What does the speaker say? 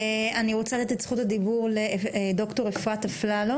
אני רוצה לתת את זכות הדיבור לד"ר אפרת אפללו